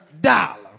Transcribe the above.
dollar